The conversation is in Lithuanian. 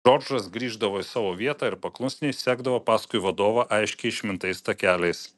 džordžas grįždavo į savo vietą ir paklusniai sekdavo paskui vadovą aiškiai išmintais takeliais